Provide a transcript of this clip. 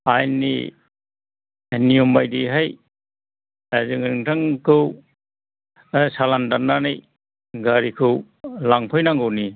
आयेननि नियम बायदियैहाय दा जोङो नोंथांमोनखौ सालान दाननानै गारिखौ लांफैनांगौनि